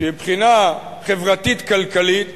שמבחינה חברתית-כלכלית